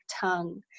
tongue